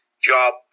job